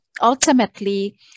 ultimately